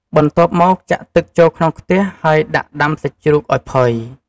បន្ទាប់មកចាក់ទឹកចូលក្នុងខ្ទះ ហើយដាក់ដាំសាច់ជ្រូកឱ្យផុយ។